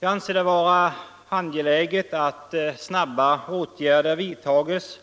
Jag anser det vara angeläget att snabba åtgärder vidtages.